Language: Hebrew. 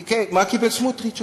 מה קיבל סמוטריץ,